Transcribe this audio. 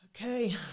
Okay